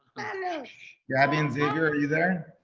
finished. gabi and xavier, are you there?